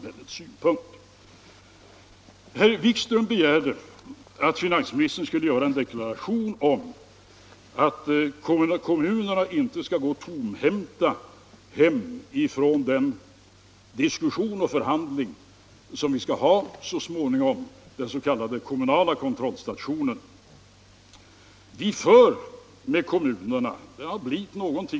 Herr Wikström begärde att jag skulle göra en deklaration om att kommunerna inte skall behöva gå tomhänta från den diskussion och förhandling som så småningom skall ske vid den s.k. kommunala kontrollstationen. Men vi för ju en kontinuerlig diskussion med Kommunförbundets representanter.